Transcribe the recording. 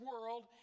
world